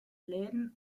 läden